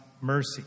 mercy